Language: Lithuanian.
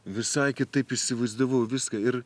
visai kitaip įsivaizdavau viską ir